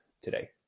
today